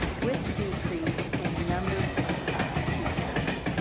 with the decrease in numbers of teachers,